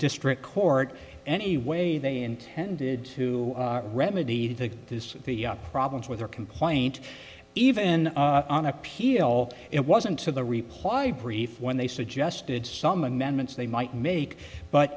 district court anyway they intended to remedy the this the problems with their complaint even on appeal it wasn't to the reply brief when they suggested some amendments they might make but